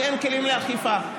כי אין כלים לאכיפה.